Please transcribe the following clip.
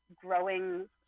growing